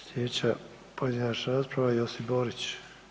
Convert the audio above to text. Sljedeća pojedinačna rasprava Josip Borić.